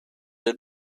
dal